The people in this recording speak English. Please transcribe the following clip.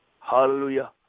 hallelujah